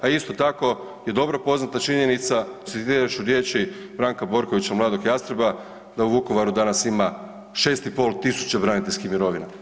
A isto tako je dobro poznata činjenica, citirat ću riječi Branka Borkovića mladog jastreba da u Vukovaru danas ima 6500 braniteljskih mirovina.